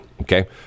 Okay